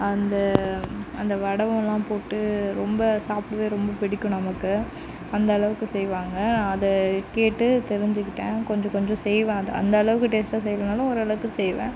அந்த அந்த வடவம்லாம் போட்டு ரொம்ப சாப்பிடவே ரொம்ப பிடிக்கும் நமக்கு அந்த அளவுக்கு செய்வாங்க அதை கேட்டு தெரிஞ்சிக்கிட்டேன் கொஞ்சம் கொஞ்சம் செய்வேன் அது அந்த அளவுக்கு டேஸ்ட்டாக செய்யலனாலும் ஓரளவுக்கு செய்வேன்